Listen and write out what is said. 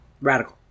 Radical